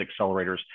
accelerators